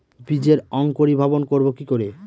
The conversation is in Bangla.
বীজের অঙ্কোরি ভবন করব কিকরে?